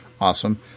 awesome